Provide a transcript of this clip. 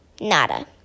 Nada